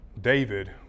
David